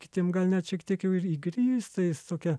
kitiem gal net šiek tiek jau ir įgrysta jis tokia